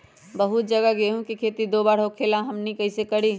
बहुत जगह गेंहू के खेती दो बार होखेला हमनी कैसे करी?